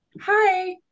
Hi